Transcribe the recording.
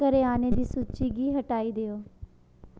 करेआने दी सूची गी हटाई देओ